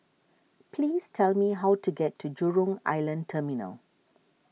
please tell me how to get to Jurong Island Terminal